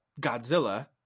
godzilla